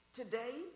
today